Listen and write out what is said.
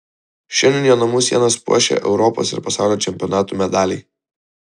šiandien jo namų sienas puošia europos ir pasaulio čempionatų medaliai